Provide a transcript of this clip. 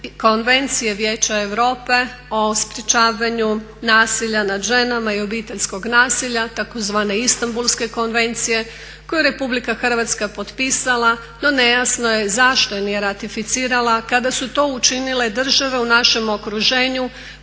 Konvencije vijeća Europe o sprječavanju nasilja nad ženama i obiteljskog nasilja tzv. Istanbulske konvencije koje je RH potpisala. No, nejasno je zašto je nije ratificirala kada su to učinile države u našem okruženju